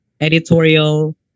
editorial